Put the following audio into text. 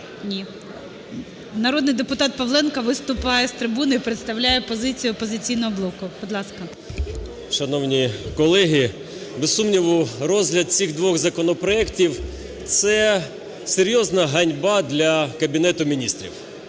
ні. Народний депутат Павленко виступає з трибуни і представляє позицію "Опозиційного блоку". Будь ласка. 16:41:11 ПАВЛЕНКО Ю.О. Шановні колеги, без сумніву, розгляд цих двох законопроектів – це серйозна ганьба для Кабінету Міністрів.